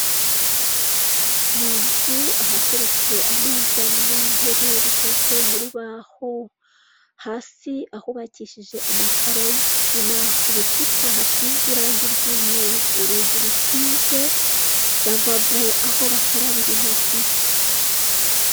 Mu nzu ahateretse ameza n'intebe bikozwe mu rubaho, hasi ahubakishije amakaro y'kigina ku bikuta hasize irangi ry'umweru, urugi rukinze ravabo aho bakarabira intoki.